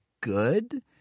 good